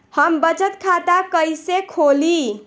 हम बचत खाता कईसे खोली?